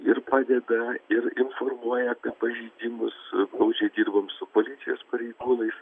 ir padeda ir informuoja apie pažeidimus glaudžiai dirbam su policijos pareigūnais